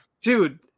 Dude